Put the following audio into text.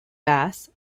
bass